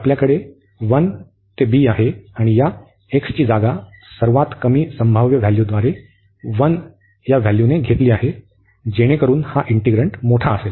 तर आपल्याकडे 1 ते बी आहे आणि या एक्सची जागा सर्वात कमी संभाव्य व्हॅल्यूद्वारे 1 ने घेतली आहे जेणेकरून हा इंटिग्रंट मोठा असेल